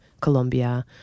Colombia